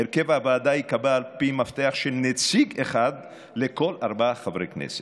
הרכב הוועדה ייקבע על פי מפתח של נציג אחד לכל ארבעה חברי כנסת,